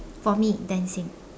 for me dancing